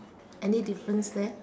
any difference there